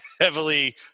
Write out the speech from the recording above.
heavily